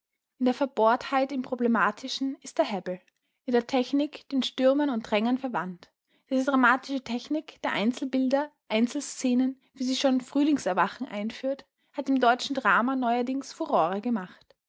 in der verbohrtheit im problematischen ist er hebbel in der technik den stürmern und drängern verwandt diese dramatische technik der einzelbilder einzelszenen wie sie frühlingserwachen einführt hat im deutschen drama neuerdings furore gemacht